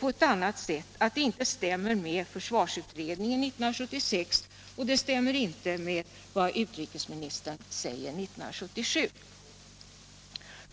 på ett sätt som inte stämmer med försvarsutredningen 1976 och inte med vad utrikesministern säger 1977.